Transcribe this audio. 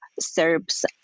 Serb's